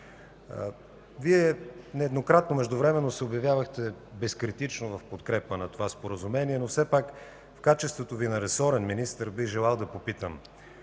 Вие нееднократно се обявявахте безкритично в подкрепа на това Споразумение, но все пак в качеството Ви на ресорен министър бих желал да попитам: